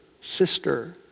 sister